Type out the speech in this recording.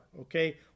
okay